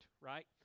right